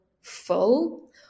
full